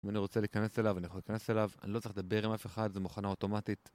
אם אני רוצה להיכנס אליו, אני יכול להיכנס אליו, אני לא צריך לדבר עם אף אחד, זה מכונה אוטומטית